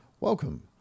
Welcome